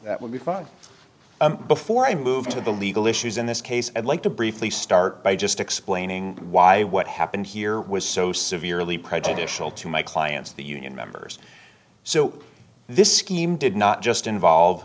that will be fun before i move to the legal issues in this case i'd like to briefly start by just explaining why what happened here was so severely prejudicial to my clients the union members so this scheme did not just involve